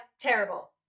terrible